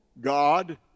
God